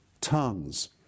tongues